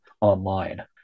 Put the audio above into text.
online